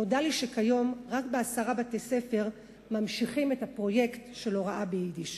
נודע לי שכיום רק בעשרה בתי-ספר ממשיכים את הפרויקט של הוראה ביידיש.